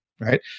right